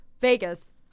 vegas